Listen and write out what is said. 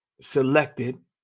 Selected